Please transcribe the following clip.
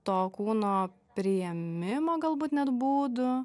to kūno priėmimo galbūt net būdų